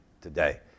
today